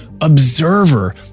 observer